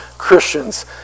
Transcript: Christians